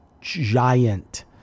giant